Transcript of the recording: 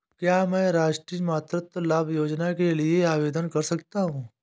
क्या मैं राष्ट्रीय मातृत्व लाभ योजना के लिए आवेदन कर सकता हूँ?